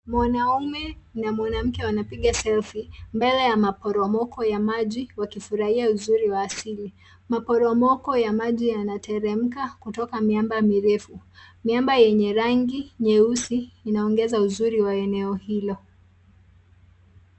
Mwanaume na mwanamke wanapiga selfie mbele ya maporomoko ya maji wakifurahia uzuri wa asili. Maporomoko ya maji yanateremka kutoka miamba mirefu. Miamba yenye rangi nyeusi inaongeza uzuri wa eneo hilo.